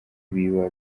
ibiba